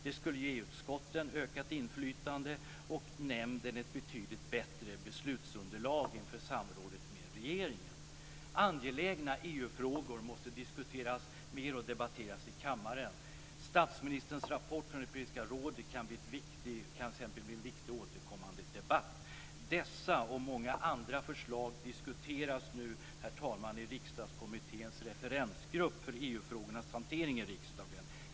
Det skulle ge utskotten ökat inflytande och nämnden ett betydligt bättre beslutsunderlag inför samrådet med regeringen. Angelägna EU-frågor måste diskuteras mer och debatteras i kammaren. Statsministerns rapport från Europeiska rådet kan t.ex. bli en viktig återkommande debatt. Dessa och många andra förslag diskuteras nu, herr talman, i Riksdagskommitténs referensgrupp för EU frågornas hantering i riksdagen.